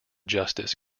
justice